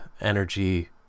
energy